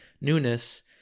newness